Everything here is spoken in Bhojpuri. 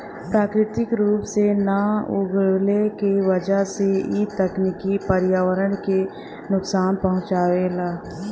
प्राकृतिक रूप से ना उगवले के वजह से इ तकनीकी पर्यावरण के नुकसान पहुँचावेला